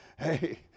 hey